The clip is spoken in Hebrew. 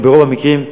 וברוב המקרים,